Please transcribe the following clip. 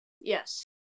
Yes